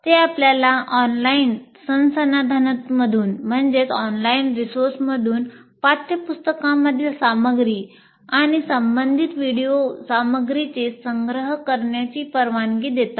ते आपल्याला ऑनलाइन संसाधनांमधून पाठ्यपुस्तकांमधील सामग्री आणि संबंधित व्हिडिओ सामग्रीचे संग्रह करण्याची परवानगी देतात